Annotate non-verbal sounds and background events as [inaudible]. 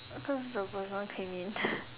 cause the person came in [noise]